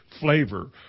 flavor